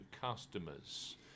customers